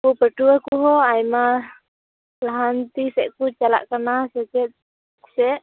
ᱯᱟᱹᱴᱷᱩᱣᱟ ᱠᱚᱦᱚᱸ ᱟᱭᱢᱟ ᱞᱟᱦᱟᱱᱛᱤ ᱥᱮᱫᱠᱚ ᱪᱟᱞᱟᱜ ᱠᱟᱱᱟ ᱥᱮᱪᱮᱫ ᱥᱮᱫ